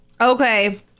Okay